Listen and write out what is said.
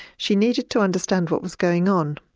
she needed to understand what was going on.